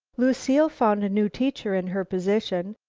lucile found a new teacher in her position,